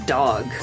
dog